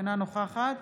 אינה נוכחת